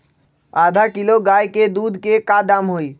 आधा किलो गाय के दूध के का दाम होई?